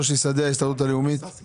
ששי שדה, ההסתדרות הלאומית, בבקשה.